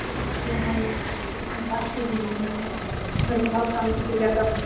हाँ तो हम आत आपके भिरी हैं मतलब बहुत कम कीजिएगा तब